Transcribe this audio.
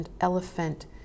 elephant